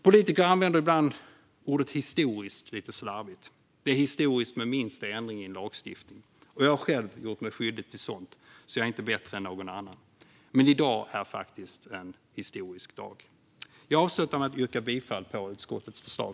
Politiker använder ibland ordet "historiskt" lite slarvigt. Det är historiskt med minsta ändring i en lagstiftning. Jag själv har gjort mig skyldig till sådant, så jag är inte bättre än någon annan. Men i dag är faktiskt en historisk dag. Jag avslutar med att yrka bifall till utskottets förslag.